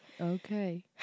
okay